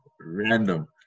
random